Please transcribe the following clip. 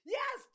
yes